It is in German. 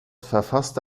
verfasste